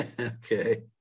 okay